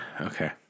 Okay